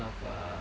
err